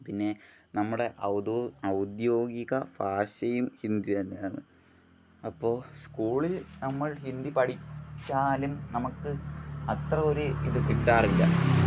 പിന്നെ നമ്മുടെ ഔദ്യോഗിക ഭാഷയും ഹിന്ദി തന്നെയാണ് അപ്പോൾ സ്കൂളിൽ നമ്മൾ ഹിന്ദി പഠിക്കാനും നമുക്ക് അത്ര ഒരു ഇത് കിട്ടാറില്ല